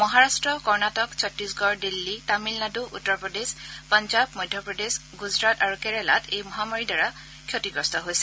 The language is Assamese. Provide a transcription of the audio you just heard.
মহাৰাট্ট কৰ্ণাটক ছত্তীশগড় দিল্লী তামিলনাড়ু উত্তৰপ্ৰদেশ পঞ্জাৱ মধ্যপ্ৰদেশ গুজৰাট আৰু কেৰালাত এই মহামাৰীৰ দ্বাৰা ক্ষতিগ্ৰস্ত হৈছে